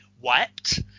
wiped